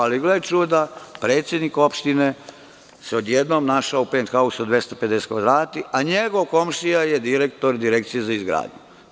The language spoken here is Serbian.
Ali, gle čuda, predsednik opštine se odjednom našao u penthausu od 250 kvadrata, a njegov komšija je direktor Direkcije za izgradnju.